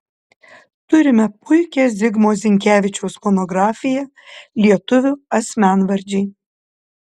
turime puikią zigmo zinkevičiaus monografiją lietuvių asmenvardžiai